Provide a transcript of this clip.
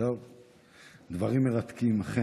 דברים מרתקים, אכן.